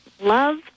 love